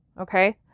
Okay